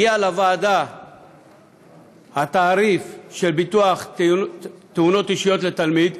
הגיע לוועדה התעריף של ביטוח תאונות אישיות לתלמיד,